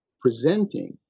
presenting